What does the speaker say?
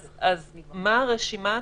אז מה הרשימה,